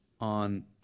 on